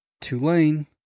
Tulane